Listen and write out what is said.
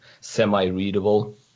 semi-readable